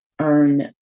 earn